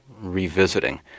revisiting